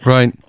Right